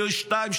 יהיו שניים,